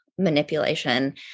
manipulation